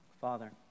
Father